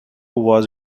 was